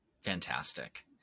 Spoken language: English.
fantastic